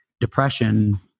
depression